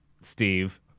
Steve